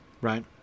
right